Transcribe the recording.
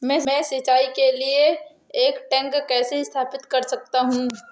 मैं सिंचाई के लिए एक टैंक कैसे स्थापित कर सकता हूँ?